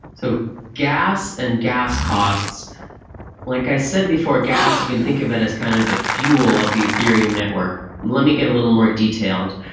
so gas and gas costs like i said before, gas, you can think of it as kind of the fuel of the ethereum network. let me get a little more detailed.